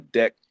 deck